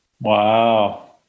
Wow